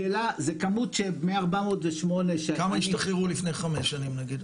כמה השתחררו לפני חמש שנים נגיד?